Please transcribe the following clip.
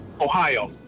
Ohio